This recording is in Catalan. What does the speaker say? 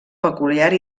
peculiar